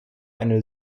eine